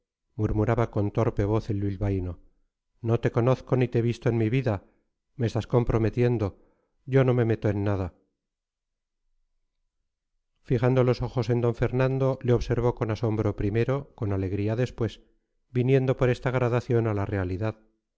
murmuraba con torpe voz el bilbaíno no te conozco ni te he visto en mi vida me estás comprometiendo yo no me meto en nada fijando los ojos en d fernando le observó con asombro primero con alegría después viniendo por esta gradación a la realidad